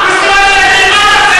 אגבאריה.